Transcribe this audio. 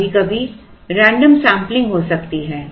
कभी कभी random sampling हो सकती है